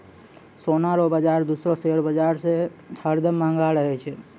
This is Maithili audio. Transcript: सोना रो बाजार दूसरो शेयर बाजार से हरदम महंगो रहै छै